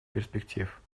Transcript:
перспектив